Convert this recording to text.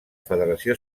federació